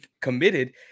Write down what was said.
committed